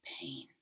pain